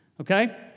Okay